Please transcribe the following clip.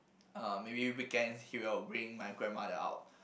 uh maybe weekends he will bring my grandmother out